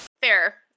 Fair